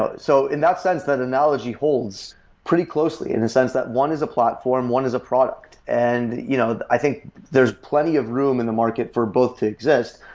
ah so in that sense, that analogy holds pretty closely in a sense that one is a platform, one is a product. and you know i think there's plenty of room in the market for both to exist.